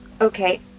Okay